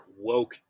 woke